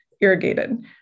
irrigated